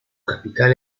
capital